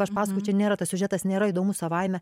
aš pasakoju čia nėra tas siužetas nėra įdomus savaime